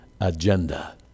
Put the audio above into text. agenda